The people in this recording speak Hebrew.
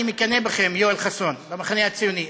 אני מקנא בכם יואל חסון, במחנה הציוני.